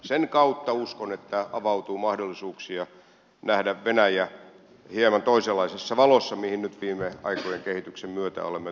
sen kautta uskon että avautuu mahdollisuuksia nähdä venäjä hieman toisenlaisessa valossa kuin mihin nyt viime aikojen kehityksen myötä olemme tottuneet